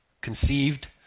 conceived